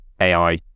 ai